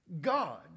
God